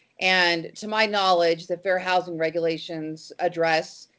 and to my knowledge, the fair housing regulations address